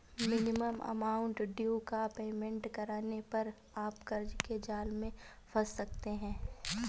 minimum amount due का payment करने पर आप कर्ज के जाल में फंस सकते हैं